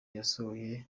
yasohoye